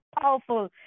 powerful